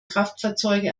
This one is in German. kraftfahrzeuge